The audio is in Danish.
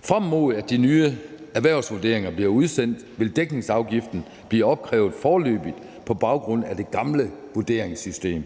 Frem mod at de nye erhvervsvurderinger bliver udsendt, vil dækningsafgiften blive opkrævet foreløbigt på baggrund af det gamle vurderingssystem.